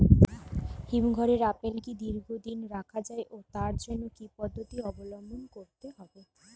হিমঘরে আপেল কি দীর্ঘদিন রাখা যায় ও তার জন্য কি কি পদ্ধতি অবলম্বন করতে হবে?